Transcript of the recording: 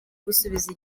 gusubiza